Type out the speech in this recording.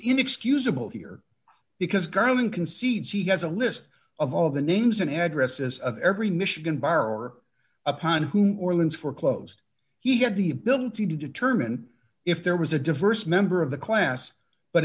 inexcusable here because garland concedes he has a list of all the names and addresses of every michigan bar or upon who orleans foreclosed he had the ability to determine if there was a diverse member of the class but